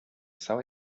saw